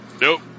nope